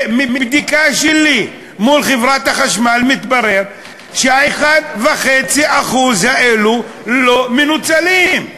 ומבדיקה שלי מול חברת החשמל מתברר ש-1.5% האלו לא מנוצלים.